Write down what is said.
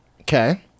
Okay